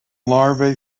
larvae